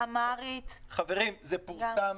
חברים, זה פורסם.